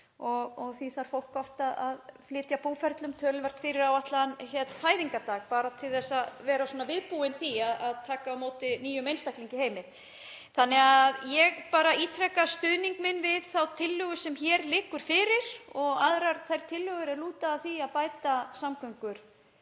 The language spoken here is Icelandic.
Því þarf fólk oft að flytja búferlum töluvert fyrir áætlaðan fæðingardag, bara til að vera viðbúið því að taka á móti nýjum einstaklingi í heiminn. Ég ítreka stuðning minn við þá tillögu sem hér liggur fyrir og aðrar þær tillögur er lúta að því að bæta samgöngur